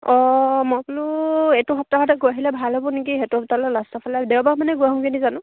অঁ মই বোলো এইটো সপ্তাহতে গৈ আহিলে ভাল হ'ব নেকি সেইটো সপ্তাহলৈ লাষ্টৰ ফালে দেওবাৰ মানে গৈ আহোগৈনি জানো